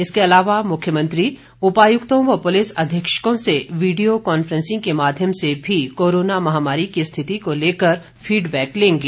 इसके अलावा मुख्यमंत्री उपायुक्तों व पुलिस अधीक्षकों से वीडियो कान्फ्रैंसिंग के माध्यम से भी कोरोना महामारी की स्थिति को लेकर फीडबैक लेंगे